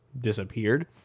disappeared